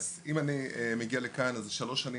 אם אני מגיע לכאן, אז זה שלוש שנים.